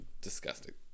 disgusting